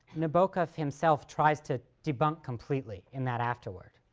nabokov himself tries to debunk completely in that afterword.